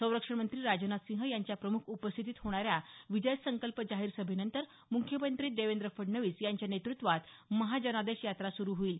संरक्षणमंत्री राजनाथसिंह यांच्या प्रमुख उपस्थितीत होणाऱ्या विजय संकल्प जाहीर सभेनंतर मुख्यमंत्री देवेंद्र फडणवीस यांच्या नेतृत्वात महाजनादेश यात्रा सुरू होईल